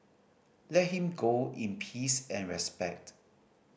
let him go in peace and respect